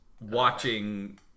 watching